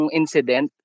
incident